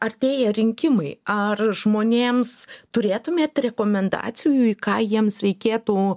artėja rinkimai ar žmonėms turėtumėt rekomendacijų į ką jiems reikėtų